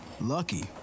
lucky